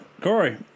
Corey